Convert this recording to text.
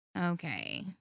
okay